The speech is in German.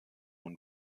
und